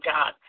God